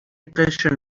قشر